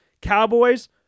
Cowboys